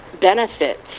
benefits